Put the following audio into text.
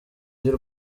y’u